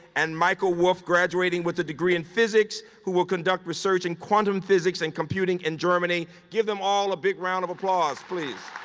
and michael wolfe, graduating with a degree in physics, who will conduct research in quantum physics and computing in germany. give them all a big round of applause please.